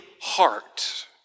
heart